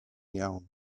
iawn